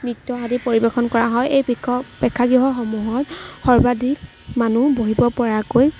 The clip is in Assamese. নৃত্য আদি পৰিৱেশন কৰা হয় এই প্ৰেক্ষাগৃহসমূহত সৰ্বাধিক মানুহ বহিব পৰাকৈ